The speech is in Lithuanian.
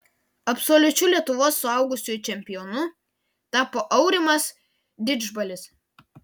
absoliučiu lietuvos suaugusiųjų čempionu tapo aurimas didžbalis